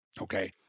okay